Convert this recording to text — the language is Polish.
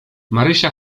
marysia